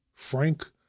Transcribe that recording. Frank